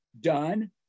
done